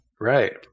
Right